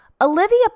Olivia